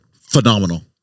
Phenomenal